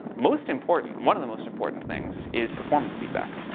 most important, one of the most important things is performance feedback.